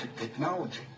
technology